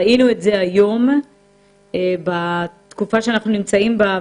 ראינו את זה היום בתקופה שאנחנו נמצאים בה,